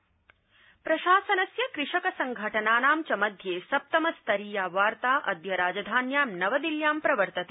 कृषक प्रशासनस्य कृषक संघटनानां च मध्ये सप्तमस्तरीया वार्ता अद्य राजधान्यां नवदिल्लयाम प्रवर्तते